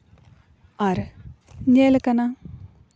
ᱟᱨ ᱧᱮᱞ ᱟᱠᱟᱱᱟ